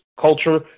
culture